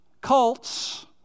cults